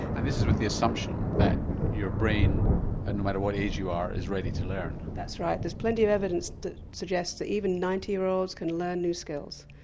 and this is with the assumption that your brain no matter what age you are is ready to learn? that's right. there's plenty of evidence that suggests that even ninety year olds can learn new skills.